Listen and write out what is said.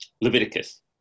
Leviticus